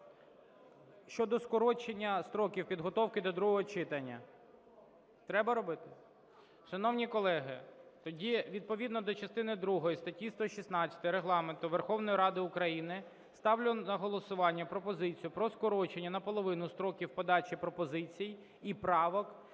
Щодо скорочення строків підготовки до другого читання. Треба робити?